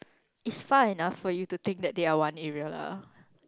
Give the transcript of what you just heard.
it's far enough for you to think that they are one area lah